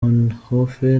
inhofe